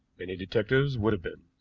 many detectives would have been.